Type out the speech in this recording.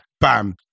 bam